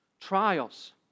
Trials